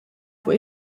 fuq